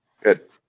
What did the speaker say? Good